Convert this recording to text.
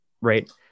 Right